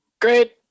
Great